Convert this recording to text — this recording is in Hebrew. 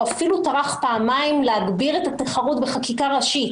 אפילו טרח פעמיים להגביר את התחרות בחקיקה ראשית.